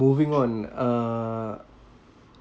moving on uh